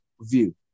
view